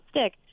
stick